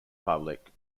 public